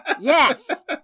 Yes